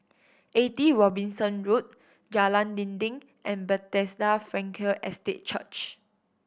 Eighty Robinson Road Jalan Dinding and Bethesda Frankel Estate Church